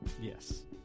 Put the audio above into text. Yes